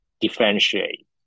differentiate